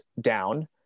down